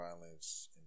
violence